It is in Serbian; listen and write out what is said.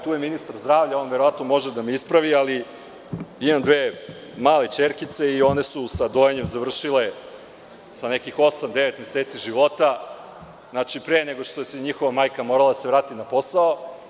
Tu je ministar zdravlja, on verovatno može da me ispravi, ali imam dve male ćerkice i one su sa dojenjem završile sa nekih osam – devet meseci života, pre nego što se njihova majka morala vratiti na posao.